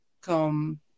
come